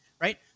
right